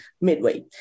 midway